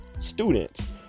students